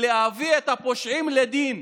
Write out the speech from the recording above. הוא להביא את הפושעים לדין.